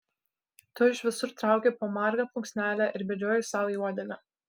tu iš visur trauki po margą plunksnelę ir bedžioji sau į uodegą